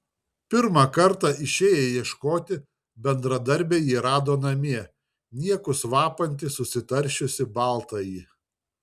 pirmą kartą išėję ieškoti bendradarbiai jį rado namie niekus vapantį susitaršiusį baltąjį